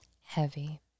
heavy